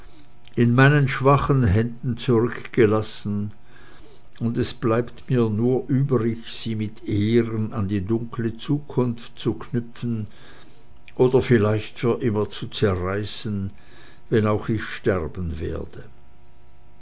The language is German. in meinen schwachen händen zurückgelassen und es bleibt mir nur übrig sie mit ehren an die dunkle zukunft zu knüpfen oder vielleicht für immer zu zerreißen wenn auch ich sterben werde